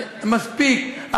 מספיק.